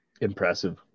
Impressive